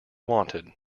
wanted